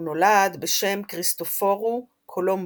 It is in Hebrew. הוא נולד בשם כריסטופורו קולומבו,